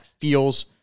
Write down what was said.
feels